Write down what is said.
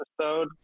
episode